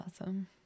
Awesome